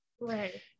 Right